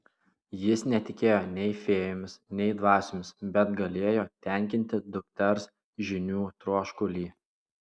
jis netikėjo nei fėjomis nei dvasiomis bet galėjo tenkinti dukters žinių troškulį